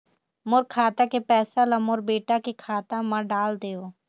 मोर खाता के पैसा ला मोर बेटा के खाता मा डाल देव?